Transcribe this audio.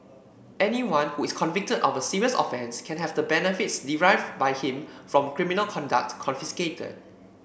anyone who is convicted of a serious offence can have the benefits derived by him from criminal conduct confiscated